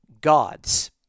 gods